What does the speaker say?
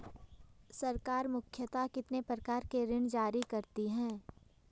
सरकार मुख्यतः कितने प्रकार के ऋण जारी करती हैं?